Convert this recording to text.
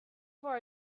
for